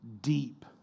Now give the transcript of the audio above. deep